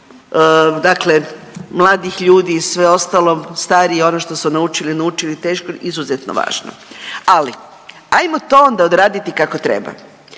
dakle mladih ljudi i sve ostalo, stariji ono što su naučili naučili teško izuzetno važno. Ali ajmo to onda odraditi kako treba.